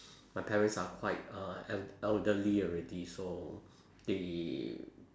my parents are quite uh el~ elderly already so they